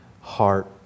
heart